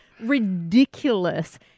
Ridiculous